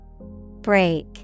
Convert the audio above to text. Break